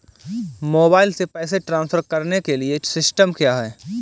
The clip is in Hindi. मोबाइल से पैसे ट्रांसफर करने के लिए सिस्टम क्या है?